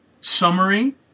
Summary